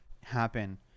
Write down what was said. happen